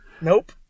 nope